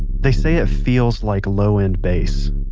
they say it feels like low end bass.